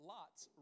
Lot's